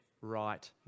right